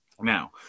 Now